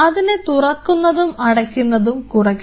അതിനെ തുറക്കുന്നതും അടയ്ക്കുന്നതും കുറയ്ക്കുക